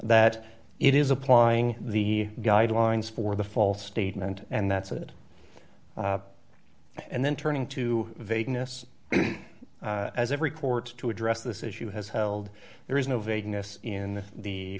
that it is applying the guidelines for the false statement and that's it and then turning to vagueness as every court's to address this issue has held there is no vagueness in the